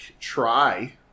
try